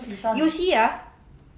you see ah